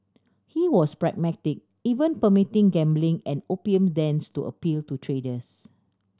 he was pragmatic even permitting gambling and opium dens to appeal to traders